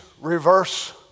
reverse